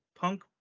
punk